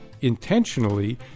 intentionally